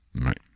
Right